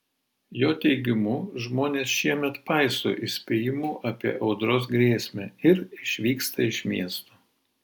jo teigimu žmonės šiemet paiso įspėjimų apie audros grėsmę ir išvyksta iš miesto